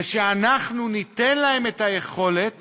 ואנחנו ניתן להם את היכולת